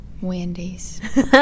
Wendy's